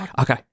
Okay